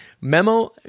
Memo